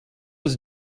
was